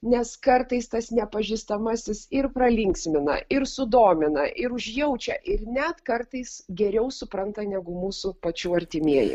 nes kartais tas nepažįstamasis ir pralinksmina ir sudomina ir užjaučia ir net kartais geriau supranta negu mūsų pačių artimieji